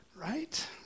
Right